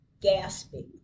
gasping